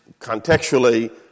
contextually